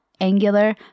Angular